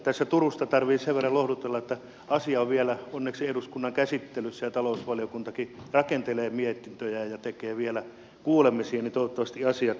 tässä turusta tarvitsee sen verran lohdutella että asia on vielä onneksi eduskunnan käsittelyssä ja talousvaliokuntakin rakentelee mietintöjä ja tekee vielä kuulemisia niin että toivottavasti asiat tästä selkiytyvät